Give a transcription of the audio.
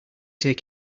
take